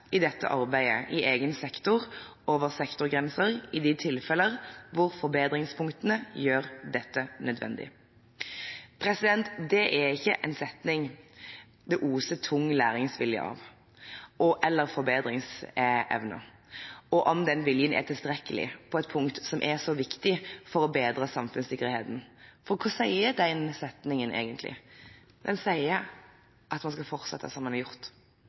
i dette arbeidet i egen sektor og over sektorgrenser i de tilfeller hvor forbedringspunktene gjør dette nødvendig.» Det er ikke en setning det oser tung læringsvilje av – eller forbedringsevne – og spørsmålet er om den viljen er tilstrekkelig på et punkt som er så viktig for å bedre samfunnssikkerheten. For hva sier den setningen, egentlig? Den sier at man skal fortsette som man har gjort.